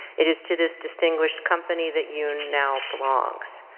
it is to this distinguished company that youn now belongs.